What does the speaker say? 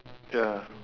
ya